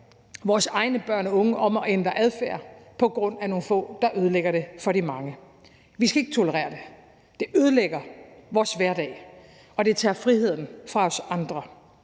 vores egne børn og unge om at ændre adfærd på grund af nogle få, der ødelægger det for de mange. Vi skal ikke tolerere det, det ødelægger vores hverdag, og det tager friheden fra os andre,